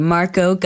Marco